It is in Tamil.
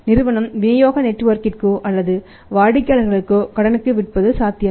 நிறுவனம் விநியோக நெட்வொர்க்கிற்கோ அல்லது வாடிக்கையாளருக்கு கடனுக்கு விற்பது சாத்தியமில்லை